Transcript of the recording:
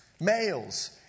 males